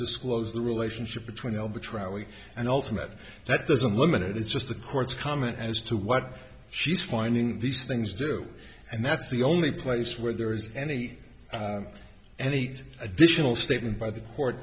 disclose the relationship between albatross and ultimate that doesn't limit it it's just the court's comment as to what she's finding these things do and that's the only place where there is any any additional statement by the court